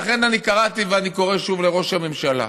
לכן אני קראתי ואני קורא שוב לראש הממשלה,